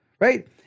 right